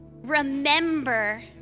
Remember